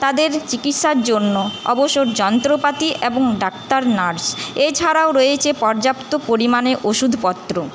তাদের চিকিৎসার জন্য অবসর যন্ত্রপাতি এবং ডাক্তার নার্স এছাড়াও রয়েছে পর্যাপ্ত পরিমাণে ওষুধপত্র